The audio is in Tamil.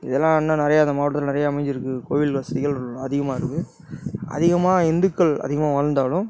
இதெல்லாம் இன்னும் நிறைய எங்கள் மாவட்டத்தில் நிறைய அமைஞ்சிருக்கு கோவில் வசதிகள் அதிகமாயிருக்கு அதிகமாக இந்துக்கள் அதிகமாக வாழ்ந்தாலும்